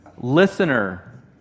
Listener